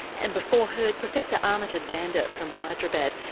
and before her professor amita dhanda from hyderabad.